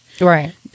right